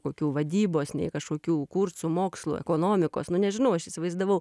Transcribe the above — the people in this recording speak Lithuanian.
kokių vadybos nei kažkokių kursų mokslo ekonomikos nu nežinau aš įsivaizdavau